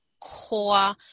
core